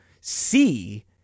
see